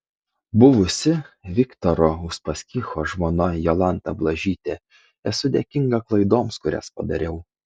buvusi viktoro uspaskicho žmona jolanta blažytė esu dėkinga klaidoms kurias padariau